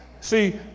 See